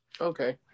Okay